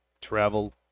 travel